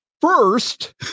first